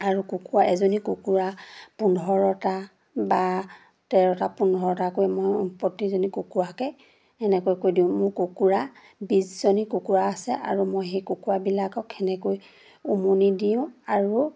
আৰু কুকুৰা এজনী কুকুৰা পোন্ধৰটা বা তেৰটা পোন্ধৰটাকৈ মই প্ৰতিজনী কুকুৰাকে এনেকৈ কৰি দিওঁ মোৰ কুকুৰা বিছজনী কুকুৰা আছে আৰু মই সেই কুকুৰাবিলাকক সেনেকৈ উমনি দিওঁ আৰু